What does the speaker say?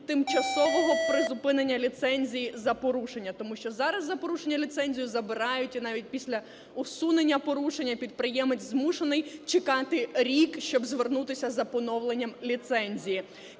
тимчасового призупинення ліцензії за порушення. Тому що зараз за порушення ліцензію забирають і навіть після усунення порушення, і підприємець змушений чекати рік, щоб звернутися за поновленням ліцензії.